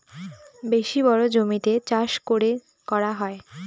বেশি বড়ো জমিতে চাষ করে করা হয়